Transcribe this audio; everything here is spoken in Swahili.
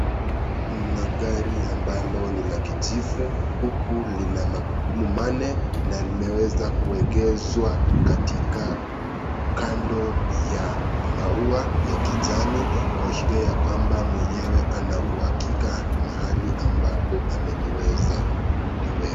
Mna gari ambalo ni la kijivu huku lina magurumu mane na limeweza kuegezwa katika kando ya maua ya kijani kuashiria ya kwamba mwenyewe anawakika mahali ambapo ameliweza kuliweka.